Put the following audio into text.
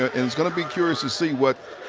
ah and it's going to be curious to see what